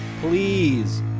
Please